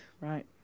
Right